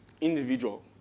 individual